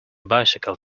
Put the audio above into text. bicycle